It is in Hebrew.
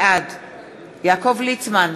בעד יעקב ליצמן,